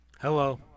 Hello